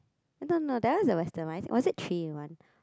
I don't know that one is the western one was it three in one